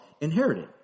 inherited